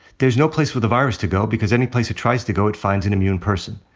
there's no place for the virus to go, because any place it tries to go it finds an immune person.